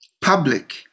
public